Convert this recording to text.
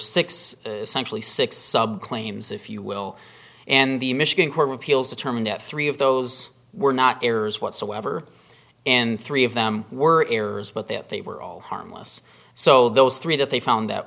six six sub claims if you will and the michigan court of appeals determine that three of those were not errors whatsoever and three of them were errors but that they were all harmless so those three that they found that